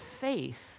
faith